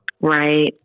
Right